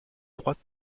droite